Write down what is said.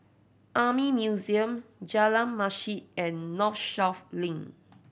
Army Museum Jalan Masjid and Northshore Link